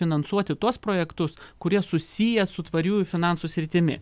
finansuoti tuos projektus kurie susiję su tvariųjų finansų sritimi